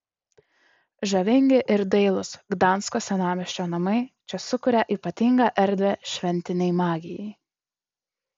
žavingi ir dailūs gdansko senamiesčio namai čia sukuria ypatingą erdvę šventinei magijai